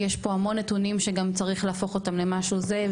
יש פה המון נתונים שגם צריך להפוך אותם למשהו זה.